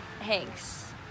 Hank's